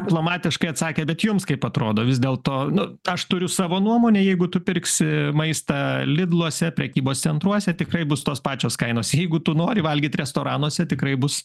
diplomatiškai atsakėt bet jums kaip atrodo vis dėlto nu aš turiu savo nuomonę jeigu tu pirksi maistą lidluose prekybos centruose tikrai bus tos pačios kainos jeigu tu nori valgyt restoranuose tikrai bus